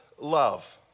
love